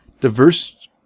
diverse